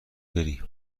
بری